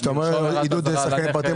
כשאתה אומר 'עידוד שחקנים פרטיים',